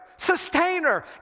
Sustainer